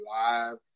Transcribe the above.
live